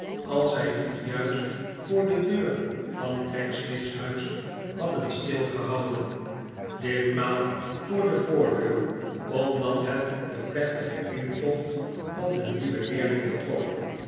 als zij niet juist voor de deur van pecksniff's huis hadden stilgehouden ditmaal voor de voordeur omdat het de plechtige intocht van den nieuwen leerling betrof